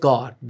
God